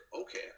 okay